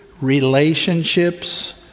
Relationships